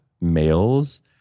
males